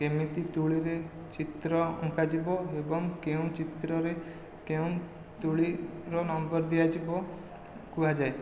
କେମିତି ତୁଳିରେ ଚିତ୍ର ଅଙ୍କାଯିବ ଏବଂ କେଉଁ ଚିତ୍ରରେ କେଉଁ ତୂଳୀର ନମ୍ବର ଦିଆଯିବ କୁହାଯାଏ